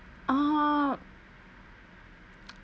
oh